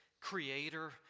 creator